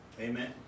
Amen